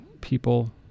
people